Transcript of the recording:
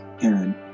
Aaron